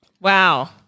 Wow